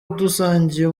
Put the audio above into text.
dusangiye